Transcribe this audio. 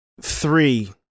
three